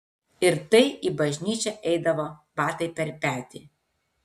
ir tai į bažnyčią eidavo batai per petį